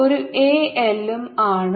ഒരു a L ഉം ആണ്